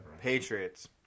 Patriots